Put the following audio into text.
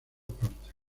partes